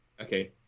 Okay